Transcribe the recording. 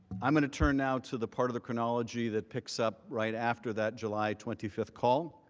i am going to turn now to the part of the chronology that picks up right after that july twenty fifth call